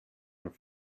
and